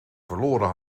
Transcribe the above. verloren